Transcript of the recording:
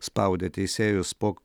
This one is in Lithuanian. spaudė teisėjus po